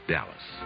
Dallas